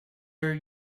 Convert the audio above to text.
are